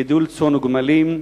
גידול צאן וגמלים,